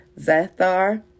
Zathar